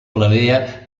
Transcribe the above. plebea